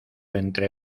entre